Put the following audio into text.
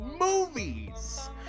movies